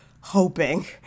hoping